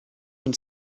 une